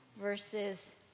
versus